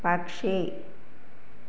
పక్షి